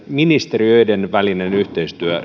ministeriöiden välinen yhteistyö